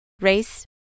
Race